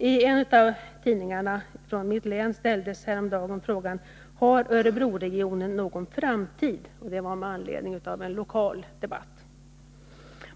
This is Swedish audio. I en av tidningarna från mitt hemlän ställdes häromdagen frågan: Har Örebroregionen någon framtid? Frågan ställdes med anledning av en lokal debatt.